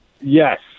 Yes